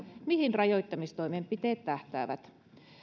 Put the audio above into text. mihin rajoittamistoimenpiteet tähtäävät